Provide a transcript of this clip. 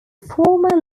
former